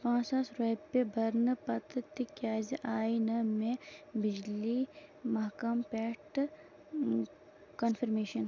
پانٛژھ ساس رۄپیہِ برنہٕ پتہٕ تِکیٛازِ آے نہٕ مےٚ بجلی محکمہٕ پٮ۪ٹھٕ کنفرمیشن